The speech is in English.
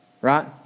Right